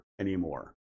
anymore